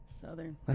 Southern